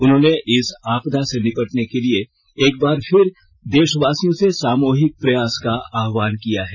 उन्होंने इस आपदा से निपटने के लिए एकबार फिर देशवासियों से सामूहिक प्रयास का आहवान किया है